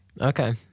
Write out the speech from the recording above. okay